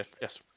Yes